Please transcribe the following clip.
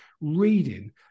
reading